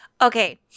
okay